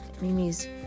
Mimi's